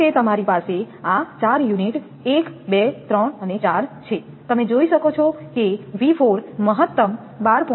ધારો કે તમારી પાસે આ ચાર યુનિટ 1 2 3 4 છે તમે જોઈ શકો છો કે 𝑉4 મહત્તમ 12